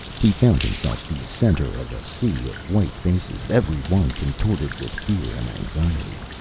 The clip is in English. he found himself the center of a sea of white faces, every one contorted with fear and anxiety.